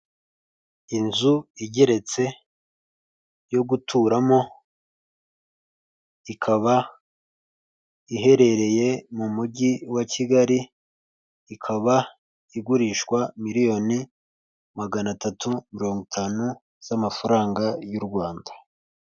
Inzu igeretse yo guturamo, ikaba iherereye mu mugi wa Kigali, ikaba igurishwa miliyoni magana atatu mirongo itanu z'amafaranga y'u Rwanda.